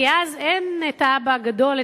כי אז אין האבא הגדול,